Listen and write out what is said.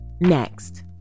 Next